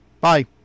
Bye